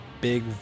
big